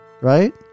right